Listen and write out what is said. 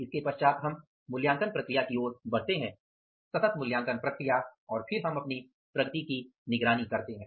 फिर हम इस मूल्यांकन प्रक्रिया की ओर बढ़ते हैं सतत मूल्यांकन प्रक्रिया और फिर हम अपनी प्रगति की निगरानी करते हैं